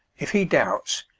if he doubts,